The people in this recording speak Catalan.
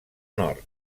nord